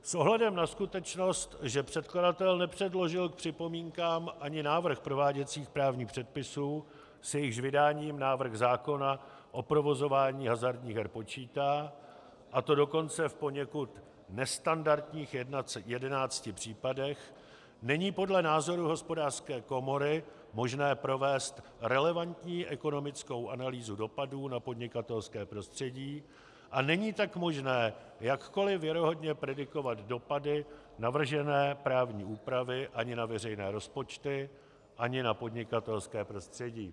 S ohledem na skutečnost, že předkladatel nepředložil k připomínkám ani návrh prováděcích právních předpisů, s jejichž vydáním návrh zákona o provozování hazardních her počítá, a to dokonce v poněkud nestandardních jedenácti případech, není podle názoru Hospodářské komory možné provést relevantní ekonomickou analýzu dopadů na podnikatelské prostředí, a není tak možné jakkoliv věrohodně predikovat dopady navržené právní úpravy ani na veřejné rozpočty, ani na podnikatelské prostředí.